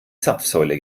zapfsäule